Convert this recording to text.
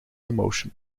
emotion